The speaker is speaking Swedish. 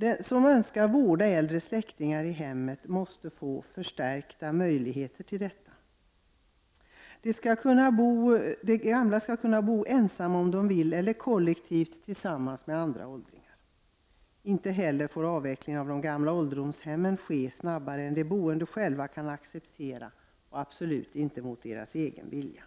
De som önskar vårda äldre släktingar i hemmet måste få förstärkta möjligheter till detta. De gamla skall få välja om de vill bo ensamma eller kollektivt tillsammans med andra åldringar. Inte heller får avvecklingen av de gamla ålderdomshemmen ske snabbare än de boende själva kan acceptera och absolut inte mot deras egen vilja.